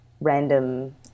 random